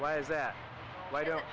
why is that why don't